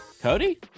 Cody